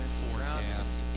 forecast